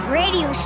radio